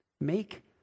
Make